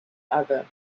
other